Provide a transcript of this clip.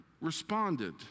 responded